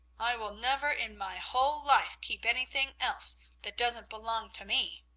i will never in my whole life keep anything else that doesn't belong to me.